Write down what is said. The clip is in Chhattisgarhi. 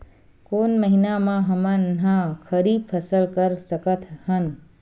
कोन महिना म हमन ह खरीफ फसल कर सकत हन?